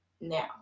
Now